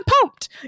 pumped